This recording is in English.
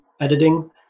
editing